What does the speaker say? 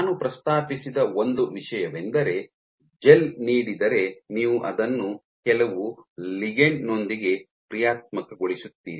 ನಾನು ಪ್ರಸ್ತಾಪಿಸಿದ ಒಂದು ವಿಷಯವೆಂದರೆ ಜೆಲ್ ನೀಡಿದರೆ ನೀವು ಅದನ್ನು ಕೆಲವು ಲಿಗಂಡ್ ನೊಂದಿಗೆ ಕ್ರಿಯಾತ್ಮಕಗೊಳಿಸುತ್ತೀರಿ